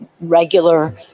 Regular